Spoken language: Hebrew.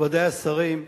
מכובדי השרים,